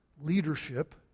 leadership